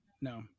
No